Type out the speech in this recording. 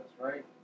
Right